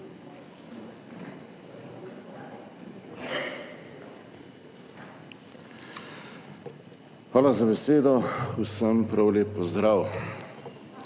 Hvala za besedo. Vsem prav lep pozdrav!